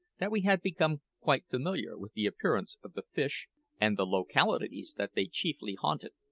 that we had become quite familiar with the appearance of the fish and the localities that they chiefly haunted.